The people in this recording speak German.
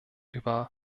über